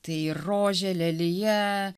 tai rožė lelija